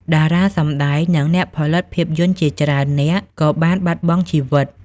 តារាសម្ដែង និងអ្នកផលិតភាពយន្តជាច្រើននាក់ក៏បានបាត់បង់ជីវិត។